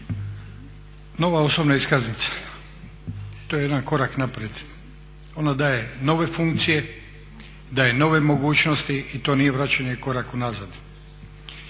Nova osobna iskaznica, to je jedan korak naprijed, ona daje nove funkcije, daje nove mogućnosti i to nije vraćanje korak unazad.